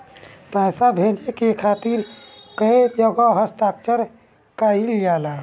पैसा भेजे के खातिर कै जगह हस्ताक्षर कैइल जाला?